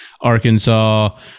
Arkansas